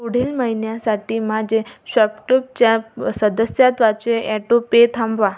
पुढील महिन्यासाटी माझे शॉपक्लूपच्या सदस्यत्वाचे ॲटोपे थांबवा